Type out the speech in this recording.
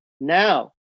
now